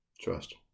trust